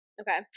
Okay